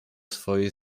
swojej